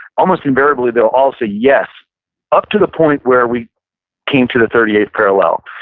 almost invariably they'll all say yes up to the point where we came to the thirty eighth parallel.